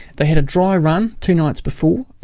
they had a dry run two nights before,